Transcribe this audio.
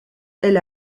elle